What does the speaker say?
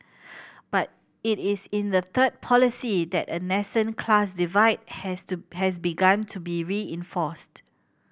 but it is in the third policy that a nascent class divide has to has begun to be reinforced